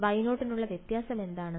Y0 നുള്ള വ്യത്യാസം എന്താണ്